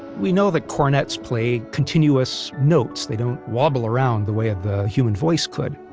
we know that cornets play continuous notes, they don't wobble around the way the human voice could.